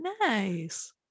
nice